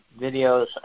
videos